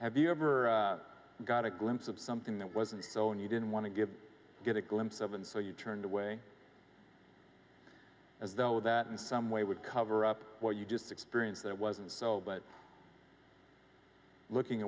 have you ever got a glimpse of something that wasn't so and you didn't want to give get a glimpse of and so you turned away as though that in some way would cover up what you just experienced that wasn't so but looking